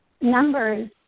numbers